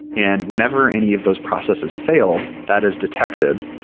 and whenever any of those processes fail, that is detected,